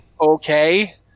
Okay